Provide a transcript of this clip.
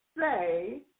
say